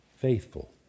faithful